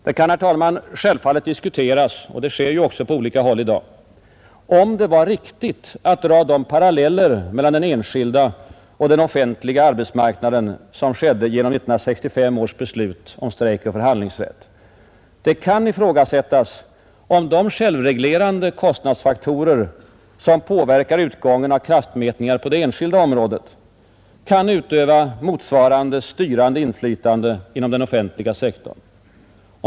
Det kan, herr talman, självfallet diskuteras — och det görs också på olika håll i dag — om det var riktigt att dra de paralleller mellan den enskilda och den offentliga arbetsmarknaden som drogs genom 1965 års beslut om strejkoch förhandlingsrätt. Det kan ifrågasättas om de självreglerande kostnadsfaktorer som påverkar utgången av kraftmätningar på det enskilda området kan utöva motsvarande styrande inflytande inom den offentliga sektorn.